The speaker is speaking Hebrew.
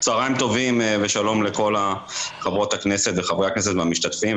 צוהריים טובים ושלום לכל חברות הכנסת וחברי הכנסת והמשתתפים,